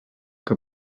que